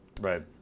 Right